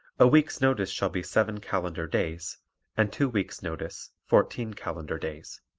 a week's notice shall be seven calendar days and two weeks' notice fourteen calendar days.